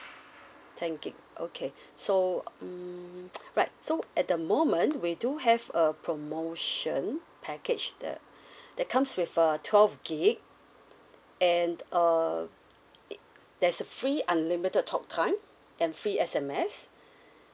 ten gig okay so mm right so at the moment we do have a promotion package that that comes with uh twelve gig and uh there's a free unlimited talk time and free S_M_S